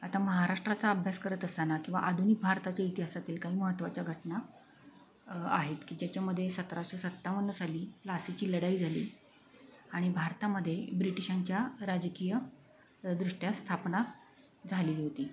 आता महाराष्ट्राचा अभ्यास करत असताना किंवा आधुनिक भारताच्या इतिहासातील काही महत्त्वाच्या घटना आहेत की ज्याच्यामध्ये सतराशे सत्तावन्न साली प्लासीची लढाई झाली आणि भारतामध्ये ब्रिटिशांची राजकीय दृष्ट्या स्थापना झालेली होती